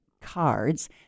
cards